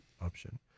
option